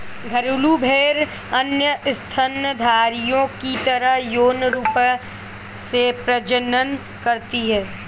घरेलू भेड़ें अन्य स्तनधारियों की तरह यौन रूप से प्रजनन करती हैं